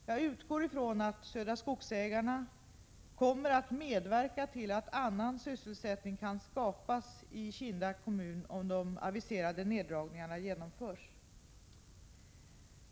Jag utgår från att Södra Skogsägarna kommer att medverka till att annan sysselsättning kan skapas i Kinda kommun om de aviserade neddragningarna genomförs.